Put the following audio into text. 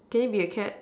can it be a cat